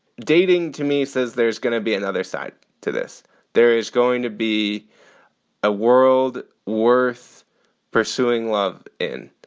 dating to me says there's gonna be another side to this there is going to be a world worth pursuing love in.